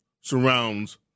surrounds